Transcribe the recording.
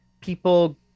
people